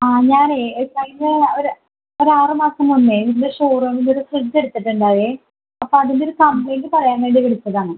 ആ ഞാനേ കഴിഞ്ഞ ഒരു ഒരാറ് മാസം മുന്നേ ഇതിൻ്റെ ഷോറൂമിൽ നിന്നൊരു ഫ്രിഡ്ജ് എടുത്തിട്ടുണ്ടായേ അപ്പോൾ അതിനൊരു കംപ്ലെയിന്റ് പറയാൻ വേണ്ടി വിളിച്ചതാണ്